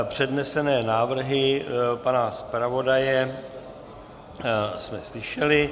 Přednesené návrhy pana zpravodaje jsme slyšeli.